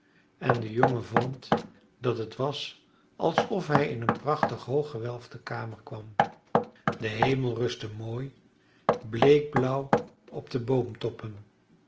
en de jongen vond dat het was alsof hij in een prachtige hoog gewelfde kamer kwam de hemel rustte mooi bleekblauw op de